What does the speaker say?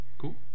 Cool